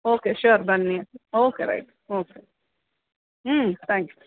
okay sure ಬನ್ನಿ okay right okay ಹ್ಞೂ thank you